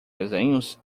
desenhos